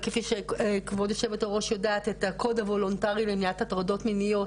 כפי שכבוד יושבת הראש יודעת את הקוד הוולונטרי למניעת הטרדות מיניות,